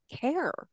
care